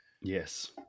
Yes